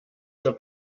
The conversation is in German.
für